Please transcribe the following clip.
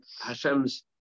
Hashem's